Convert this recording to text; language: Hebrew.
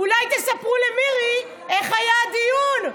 אולי תספרו למירי איך היה הדיון,